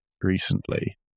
recently